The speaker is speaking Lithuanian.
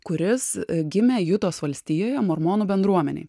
kuris gimė jutos valstijoje mormonų bendruomenėj